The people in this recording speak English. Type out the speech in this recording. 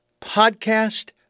podcast